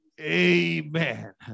Amen